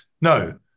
No